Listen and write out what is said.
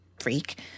freak